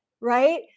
right